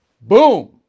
Boom